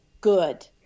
good